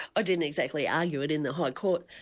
ah didn't exactly argue it in the high court,